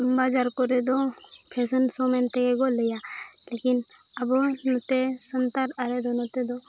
ᱵᱟᱡᱟᱨ ᱠᱚᱨᱮ ᱫᱚ ᱢᱮᱱ ᱛᱮᱜᱮ ᱠᱚ ᱞᱟᱹᱭᱟ ᱞᱮᱠᱤᱱ ᱟᱵᱚ ᱱᱚᱛᱮ ᱥᱟᱱᱛᱟᱲ ᱟᱞᱮᱫᱚ ᱱᱚᱛᱮ ᱫᱚ